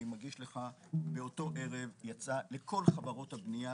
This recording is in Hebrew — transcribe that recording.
אני מגיש לך: באותו ערב יצא לכל חברות הבנייה